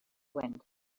wind